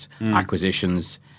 acquisitions